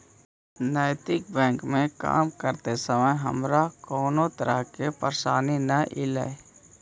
नैतिक बैंक में काम करते समय हमारा कउनो तरह के परेशानी न ईलई